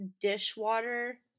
dishwater